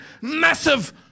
massive